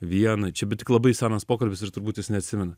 vienoj čia bet tik labai senas pokalbis ir turbūt jis neatsimena